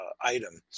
item